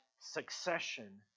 succession